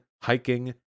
hiking